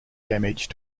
damage